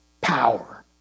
power